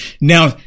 Now